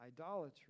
idolatry